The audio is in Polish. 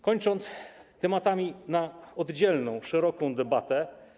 Kończę tematami na oddzielną, szeroką debatę.